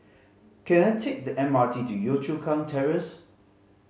can I take the M R T to Yio Chu Kang Terrace